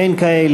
אין כאלה.